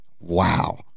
Wow